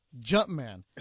Jumpman